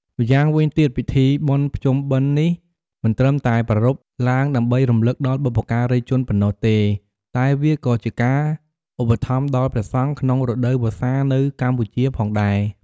ម្យ៉ាងវិញទៀតពិធីបុណ្យភ្ជុំបិណ្ឌនេះមិនត្រឹមតែប្រារព្ធឡើងដើម្បីរំឮកដល់បុព្វការីជនប៉ុណ្ណោះទេ តែវាក៏ជាការឧបត្ថម្ភដល់ព្រះសង្ឃក្នុងរដូវវស្សានៅកម្ពុជាផងដែរ។